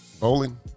Bowling